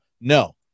no